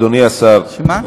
יש עתיד, להצביע נגד הסיעה, שמה?